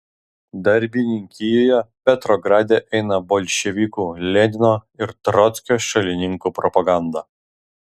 darbininkijoje petrograde eina bolševikų lenino ir trockio šalininkų propaganda